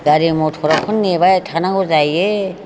गारि मटरखौनो नेबाय थानांगौ जायो